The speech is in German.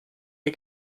ihr